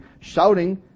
shouting